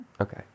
Okay